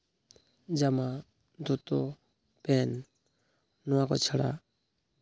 ᱡᱟᱢᱟ ᱫᱚᱛᱚ ᱯᱮᱱᱴ ᱱᱚᱣᱟᱠᱚ ᱪᱷᱟᱲᱟ